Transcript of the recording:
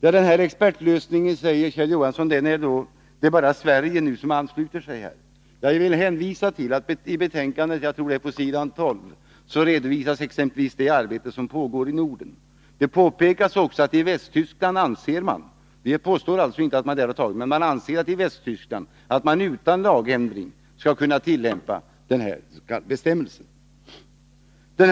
Kjell Johansson säger att det bara är Sverige som anslutit sig till förslaget om en expertlösning. Jag vill hänvisa till att i betänkandet på s. 12 redovisas exempelvis det arbete som pågår i Norden. Det påpekas också att man i Västtyskland anser — vi påstår alltså inte att man där har antagit förslaget — att expertlösningen skall kunna tillämpas utan lagändring.